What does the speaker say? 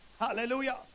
Hallelujah